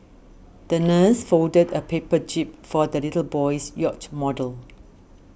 the nurse folded a paper jib for the little boy's yacht model